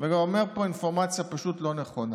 וגם אומר פה אינפורמציה פשוט לא נכונה.